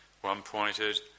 one-pointed